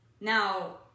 Now